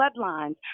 bloodlines